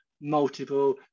multiple